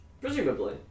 Presumably